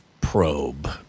probe